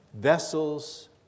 Vessels